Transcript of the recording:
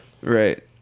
right